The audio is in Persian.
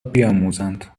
بیاموزند